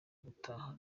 gutaha